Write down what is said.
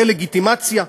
דה-לגיטימציה.